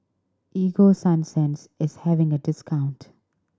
Ego Sunsense is having a discount